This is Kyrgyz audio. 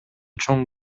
чоң